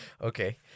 Okay